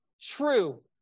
true